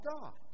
God